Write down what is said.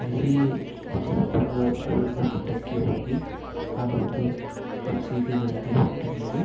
ಅಲ್ಲಿ ಬಿಜಾಪುರ ಗೋಲುಗುಮ್ಮಟಕ್ಕೆ ಹೋಗಿ ಹಲವಾರು ಮಸೀದಿಗಳಿಗೆ ಭೇಟಿ ನೀಡಿ